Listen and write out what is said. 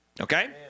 Okay